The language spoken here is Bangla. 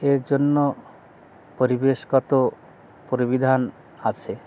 এর জন্য পরিবেশগত পরিবিধান আছে